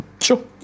Sure